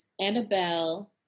Annabelle